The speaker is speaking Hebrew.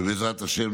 ובעזרת השם,